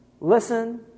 Listen